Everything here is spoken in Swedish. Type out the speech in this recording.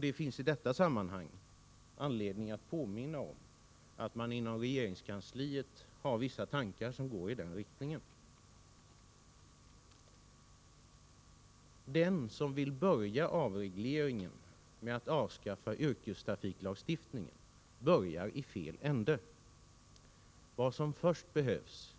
Det finns i detta sammanhang anledning att påminna om att man inom regeringskansliet har vissa tankar som går i den riktningen. Den som vill börja avregleringen med att avskaffa yrkestrafiklagstiftningen börjar i fel ände. Vad som först behövs